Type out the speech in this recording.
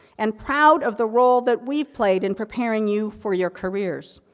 and proud of the role that we played in preparing you for your careers.